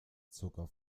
zucker